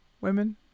Women